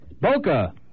Boca